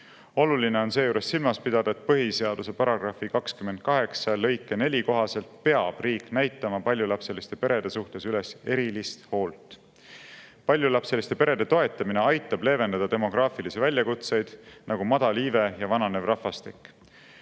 Oluline on seejuures silmas pidada, et põhiseaduse § 28 lõike 4 kohaselt peab riik näitama paljulapseliste perede suhtes üles erilist hoolt. Paljulapseliste perede toetamine aitab leevendada demograafilisi väljakutseid, nagu madal iive ja vananev rahvastik.